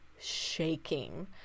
shaking